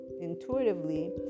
intuitively